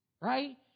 right